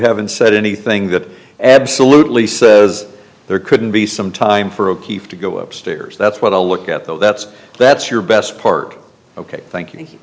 haven't said anything that absolutely says there couldn't be some time for o'keefe to go upstairs that's what i'll look at though that's that's your best part ok thank you